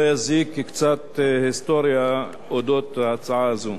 לא יזיק לתת קצת היסטוריה על אודות ההצעה הזו.